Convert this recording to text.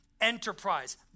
enterprise